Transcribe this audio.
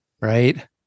right